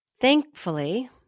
Thankfully